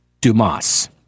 Dumas